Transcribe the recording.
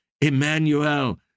Emmanuel